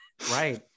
Right